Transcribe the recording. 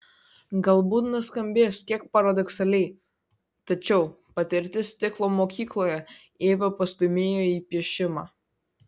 galbūt nuskambės kiek paradoksaliai tačiau patirtis stiklo mokykloje ievą pastūmėjo į piešimą